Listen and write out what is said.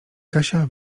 kasia